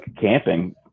camping